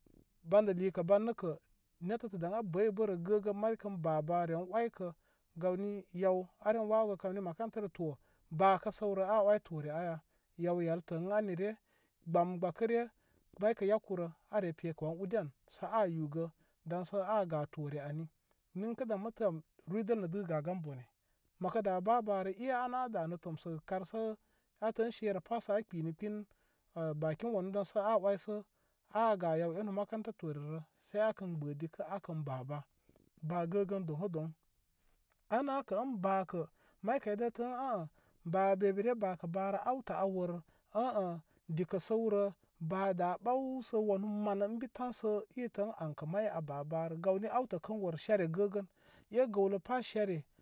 Banda likə ban nəkə, netətə daŋ a bəybərə gəgən mari kən ba ba ren oykə gawni yaw kaw aren wawəgə kamni makantərə to ba kə gəwrə a oy tore aya? Yaw yelətə ən aniregbəm gbəkəre may ke yakurə are pekə wan udi an sə a ugə daŋsə aga tore ani ninkə dam a tə ani ruydəl nə də gagan bone məkə da ba barə e ana danə tomsə karsə a tə ən serapa sə a kpinə kpin hə bakin wanu dansə a oysə aga yaw enu makanta torerə ge akən gbə dikə se akən ba ba ba gəgən doŋ adoŋ anakə ən bakə may kay da tə ən a a ba be bere bakə barə awtə a wər hə hə likə səwrə bada ɓawsə wanə mallə ənbi tan sə itə in ankə may a ba barə gawni awtə kən wər re sere gəgən e gəwlo əpa sere.